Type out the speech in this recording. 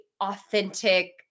authentic